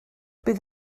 bydd